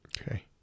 Okay